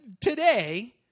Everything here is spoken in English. today